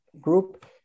group